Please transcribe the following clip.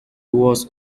was